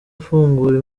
afungura